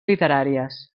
literàries